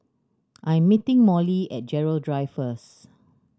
I am meeting Mollie at Gerald Drive first